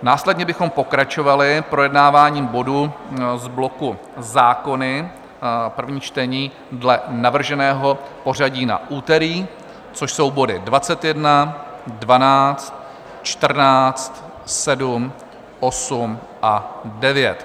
Následně bychom pokračovali projednáváním bodů z bloku Zákony první čtení dle navrženého pořadí na úterý, což jsou body 21, 12, 14, 7, 8 a 9.